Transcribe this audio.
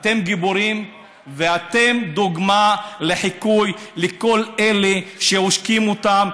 אתם גיבורים ואתם דוגמה לחיקוי לכל אלה שעושקים אותם,